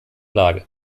lage